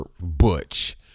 Butch